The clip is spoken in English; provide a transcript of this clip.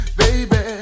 baby